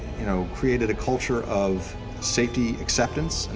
you know created a culture of safety acceptance.